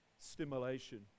stimulation